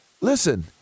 listen –